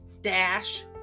dash